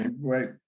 right